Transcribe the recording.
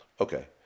Okay